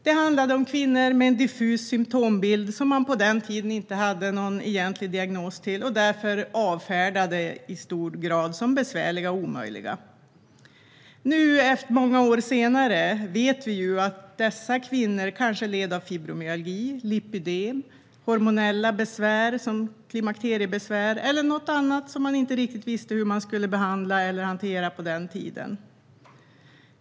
Det handlade om kvinnor med en diffus symtombild som man på den tiden inte hade någon egentlig diagnos till och därför i hög grad avfärdade som besvärliga och omöjliga. Nu, många år senare, vet vi att dessa kvinnor kanske led av fibromyalgi, lipödem, hormonella besvär som klimakteriebesvär eller något annat som man på den tiden inte riktigt visste hur man skulle behandla eller hantera.